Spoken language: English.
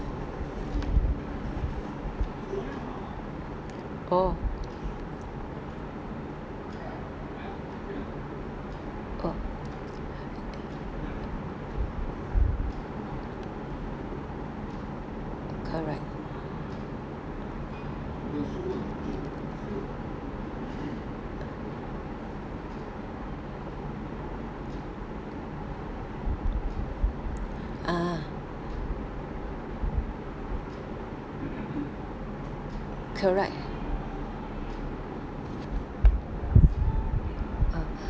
oh oh correct ah correct ah